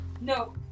No